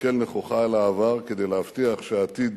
להסתכל נכוחה על העבר כדי להבטיח שהעתיד